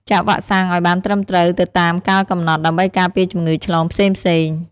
ចាក់វ៉ាក់សាំងឲ្យបានត្រឹមត្រូវទៅតាមកាលកំណត់ ដើម្បីការពារជំងឺឆ្លងផ្សេងៗ។